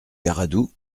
garadoux